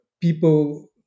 people